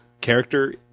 character